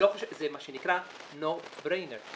זה מה שנקרא "נו בריינר".